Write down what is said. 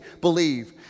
believe